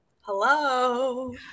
Hello